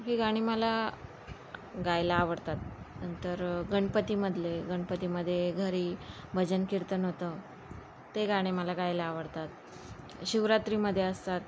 ही गाणी मला गायला आवडतात नंतर गणपतीमधले गणपतीमध्ये घरी भजन कीर्तन होतं ते गाणे मला गायला आवडतात शिवरात्रीमध्ये असतात